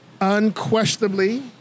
Unquestionably